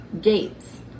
gates